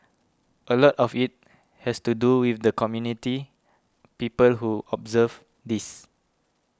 a lot of it has to do with the community people who observe this